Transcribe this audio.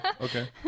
Okay